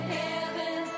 heaven